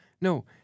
No